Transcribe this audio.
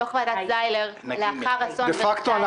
דוח ועדת זיילר אחרי אסון ורסאי --- דה-פקטו,